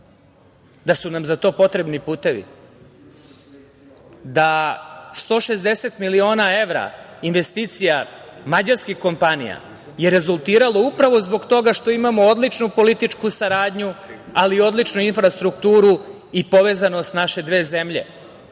da su nam za to potrebni putevi, da 160 miliona evra, investicija mađarskih kompanija je rezultiralo upravo zbog toga što imamo odličnu političku saradnju, ali i odličnu infrastrukturu i povezanost naše dve zemlje. To